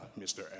Mr